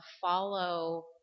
follow